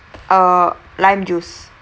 err lime juice